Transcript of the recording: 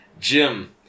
Jim